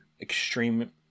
extreme